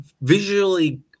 visually